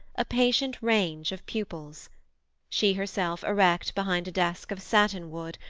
a patient range of pupils she herself erect behind a desk of satin-wood,